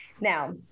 Now